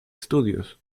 studios